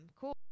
cool